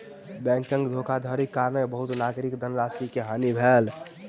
बैंकक धोखाधड़ीक कारणेँ बहुत नागरिकक धनराशि के हानि भेल